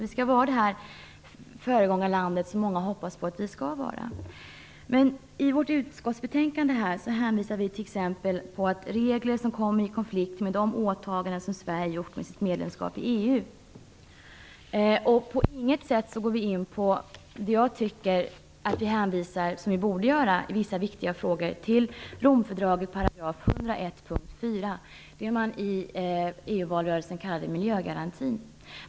Vi skall vara det föregångarland som många hoppas på att vi skall vara. Men i betänkandet hänvisas till t.ex. att regler kan komma i konflikt med de åtaganden som Sverige gjort med sitt medlemskap i EU. På inget sätt hänvisar vi, vilket jag tycker att vi borde göra i vissa viktiga frågor, till 101 § punkt 4 Romfördraget, det man i EU-valrörelsen kallade miljögarantin.